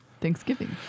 Thanksgiving